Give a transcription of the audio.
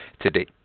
today